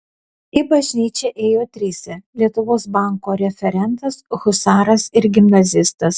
į bažnyčią ėjo trise lietuvos banko referentas husaras ir gimnazistas